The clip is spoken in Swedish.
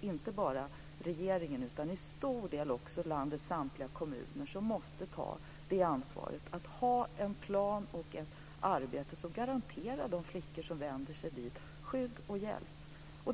Inte bara regeringen utan till stor del också landets samtliga kommuner måste ta ansvar för att ha en plan och ett arbete som garanterar de flickor som vänder sig dit skydd och hjälp.